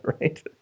Right